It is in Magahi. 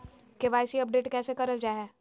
के.वाई.सी अपडेट कैसे करल जाहै?